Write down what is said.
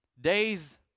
days